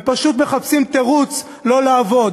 הם פשוט מחפשים תירוץ לא לעבוד.